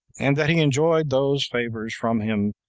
and that he enjoyed those favors from him,